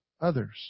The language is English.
others